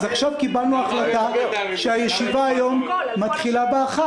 אז עכשיו קיבלנו החלטה שהישיבה היום מתחילה ב-13:00.